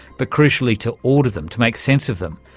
but crucially to order them, to make sense of them.